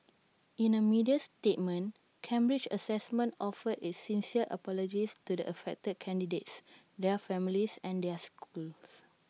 in A media statement Cambridge Assessment offered its sincere apologies to the affected candidates their families and their schools